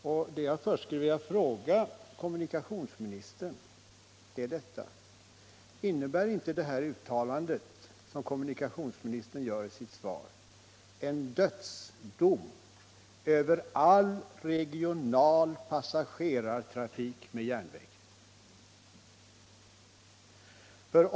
Jag skulle först vilja fråga kommunikationsministern om uttalandet i interpellationssvaret inte innebär en dödsdom över all regional passagerartrafik med järnväg.